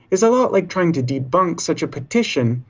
is a lot like trying to debunk such a petition.